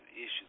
issues